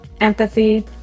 empathy